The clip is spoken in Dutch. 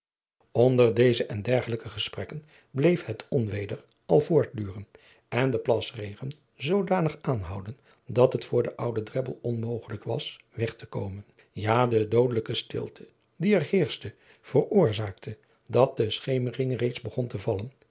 onder deze en dergelijke gesprekken bleef het onweder al voortduren en de plasregen zoodanig aanhouden dat het voor den ouden drebbel onmogelijk was weg te komen ja de doodelijke stilte die er heerschte veroorzaakte dat de schemering reeds begon te vallen